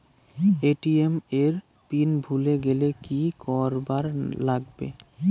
ATM এর pin ভুলি গেলে কি করিবার লাগবে?